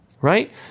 right